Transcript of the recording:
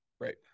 Right